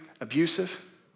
abusive